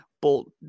bolt